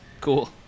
Cool